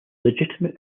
legitimate